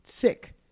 sick